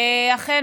אכן,